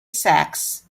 sacks